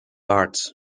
arts